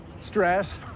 Stress